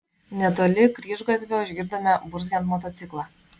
netoli kryžgatvio išgirdome burzgiant motociklą